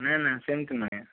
ନା ନା ସେମିତି ନୁହେଁ